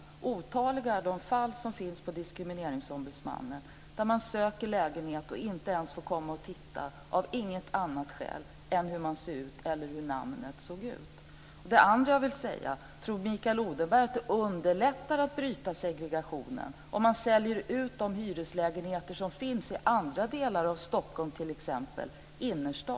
Otaliga är de fall som finns hos Diskrimineringsombudsmannen - människor som har sökt lägenhet och inte ens har fått komma och titta, och det enda skälet till det är hur dessa människor ser ut eller deras namn. Det andra som jag vill säga är: Tror Mikael Odenberg att det underlättar att bryta segregationen om man säljer ut de hyreslägenheter som finns i andra delar av t.ex. Stockholms innerstad?